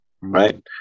right